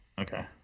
Okay